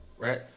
Right